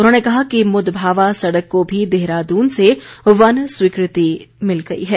उन्होंने कहा कि मुद भावा सड़क को भी देहरादून से वन स्वीकृति मिल गई है